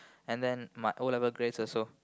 and then my O-level grades also